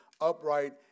upright